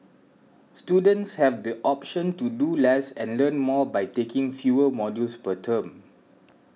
students have the option to do less and learn more by taking fewer modules per term